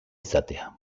izatea